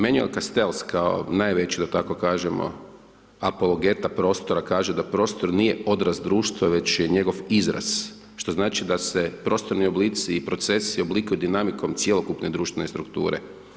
Manuel Castells, najveći da tako kažemo apologeta prostora kaže da prostor nije odraz društva već je njegov izraz što znači da se prostorni oblici i procesi oblikuju dinamikom cjelokupne društvene strukture.